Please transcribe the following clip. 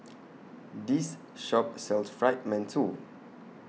This Shop sells Fried mantou